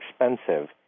expensive